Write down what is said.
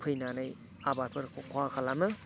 फैनानै आबादफोरखौ खहा खालामो